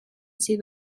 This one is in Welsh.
sydd